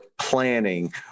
planning